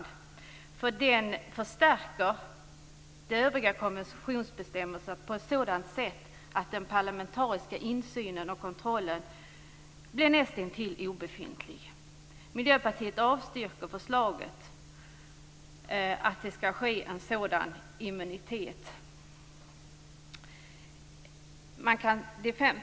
Det protokollet förstärker de övriga konventionsbestämmelserna på ett sådant sätt att den parlamentariska insynen och kontrollen blir nästintill obefintlig. Miljöpartiet avstyrker förslaget att det skall inrättas en sådan immunitet.